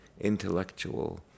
intellectual